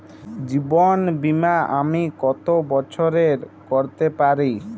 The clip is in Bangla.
জীবন বীমা আমি কতো বছরের করতে পারি?